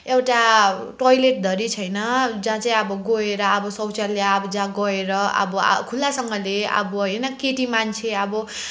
एउटा टोयलेटधरि छैन जहाँ चाहिँ अब गएर अब शौचालय अब जहाँ गएर अब खुल्लासँगले अब होइन केटीमान्छे अब